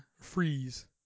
freeze